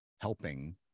helping